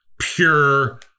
pure